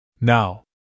Now